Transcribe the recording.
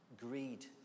greed